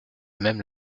même